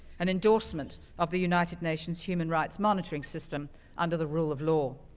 an endorsement of the united nation's human rights monitoring system under the rule of law.